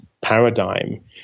paradigm